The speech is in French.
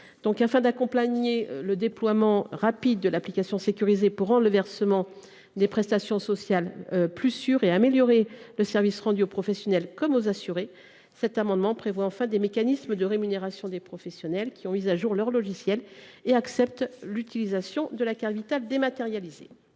pour accompagner le déploiement rapide de l’application sécurisée, qui permettra de rendre le versement des prestations sociales plus sûr et d’améliorer le service rendu aux professionnels comme aux assurés, cet amendement vise à prévoir des mécanismes de rémunération pour les professionnels qui ont mis à jour leur logiciel et qui acceptent l’utilisation de la carte Vitale dématérialisée.